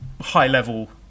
high-level